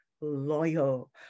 loyal